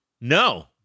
No